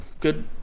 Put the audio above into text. good